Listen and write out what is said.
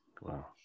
Wow